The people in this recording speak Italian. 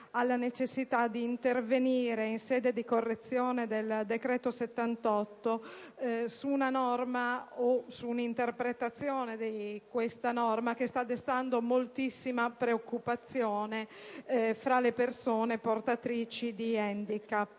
alla necessità di intervenire in sede di correzione del decreto-legge n. 78 su una norma o sulla interpretazione di questa norma che sta destando moltissima preoccupazione tra le persone portatrici di handicap.